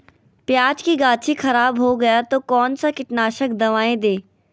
प्याज की गाछी खराब हो गया तो कौन सा कीटनाशक दवाएं दे?